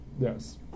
yes